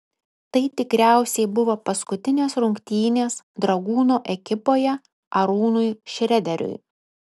tai tikriausiai buvo paskutinės rungtynės dragūno ekipoje arūnui šrederiui